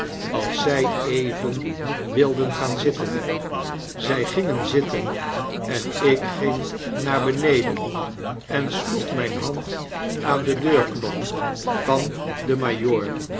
als zy even wilden gaan zitten zy gingen zitten en ik ging naar beneden en sloeg myne hand aan den deurknop van den